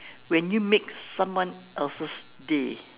when you make someone else's day